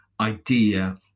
idea